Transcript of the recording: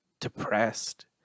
depressed